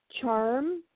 charm